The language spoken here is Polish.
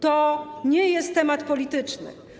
To nie jest temat polityczny.